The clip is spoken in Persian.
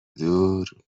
دور